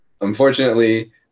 unfortunately